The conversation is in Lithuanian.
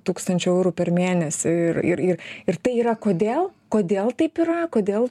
tūkstančių eurų per mėnesį ir ir ir ir tai yra kodėl kodėl taip yra kodėl